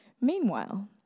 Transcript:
Meanwhile